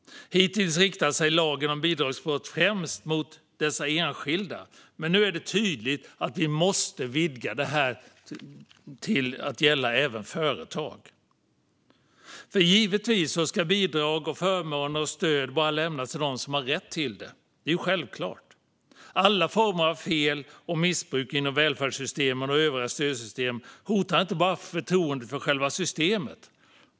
Hittills riktar sig lagen om bidragsbrott främst mot enskilda, men nu är det tydligt att vi måste vidga den till att även gälla företag. Givetvis ska bidrag, förmåner och stöd bara lämnas till dem som har rätt till dem - det är ju självklart. Alla former av fel och missbruk inom välfärdssystemen och övriga stödsystem hotar inte bara förtroendet för själva systemet.